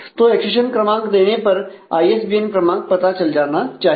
तो एक्सेशन क्रमांक देने पर आईएसबीएन क्रमांक पता चल जाना चाहिए